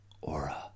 Aura